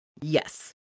Yes